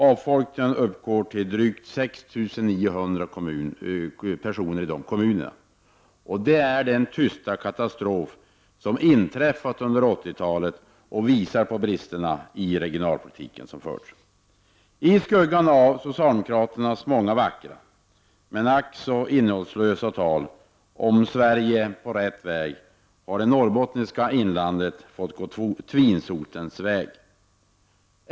Avfolkningen uppgår till drygt 6 900 personer i dessa kommuner. Det är den tysta katastrof som inträffat under 80-talet och som visar på bristerna i den regionalpolitik som förts. I skuggan av socialdemokraternas många vackra, men ack så innehållslösa, tal om Sverige på rätt väg har det norrbottniska inlandet fått gå tvinsotens väg.